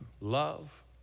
Love